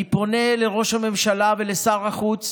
אני פונה לראש הממשלה ולשר החוץ